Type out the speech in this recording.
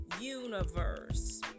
universe